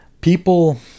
People